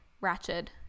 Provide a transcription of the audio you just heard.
Ratchet